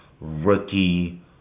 rookie